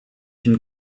une